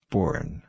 Born